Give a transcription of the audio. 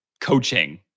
coaching